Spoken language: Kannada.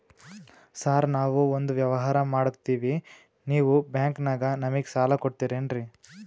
ಸಾರ್ ನಾವು ಒಂದು ವ್ಯವಹಾರ ಮಾಡಕ್ತಿವಿ ನಿಮ್ಮ ಬ್ಯಾಂಕನಾಗ ನಮಿಗೆ ಸಾಲ ಕೊಡ್ತಿರೇನ್ರಿ?